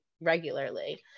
regularly